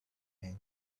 and